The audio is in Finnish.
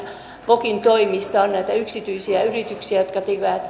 vokin toimista on näitä yksityisiä yrityksiä jotka tekevät